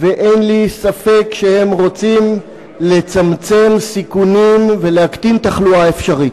ואין לי ספק שהם רוצים לצמצם סיכונים ולהקטין תחלואה אפשרית,